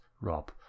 Rob